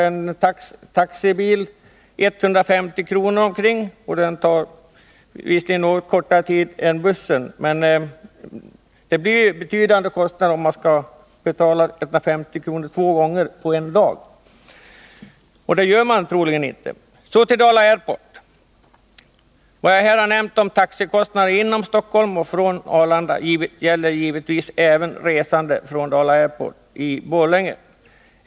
Det kostar ca 150 kr. och tar något kortare tid än att åka buss. Det rör sig om betydande kostnader att betala 150 kr. två gånger på en dag — det gör man troligen inte. Så till Dala Airport. Vad jag här har nämnt om taxikostnader inom Stockholm och från Arlanda gäller givetvis även för resande från Dala Airport i Borlänge.